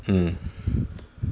mm